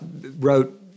wrote